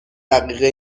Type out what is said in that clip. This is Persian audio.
دقیقه